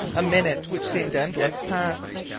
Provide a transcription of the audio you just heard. a minute, which seemed endless, passed.